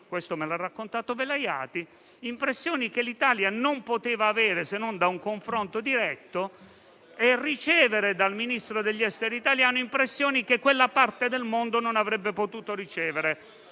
questo me l'ha raccontato Velayati - che l'Italia non poteva avere se non da un confronto diretto e ricevere dal Ministro degli esteri italiano impressioni che quella parte del mondo non avrebbe potuto ricevere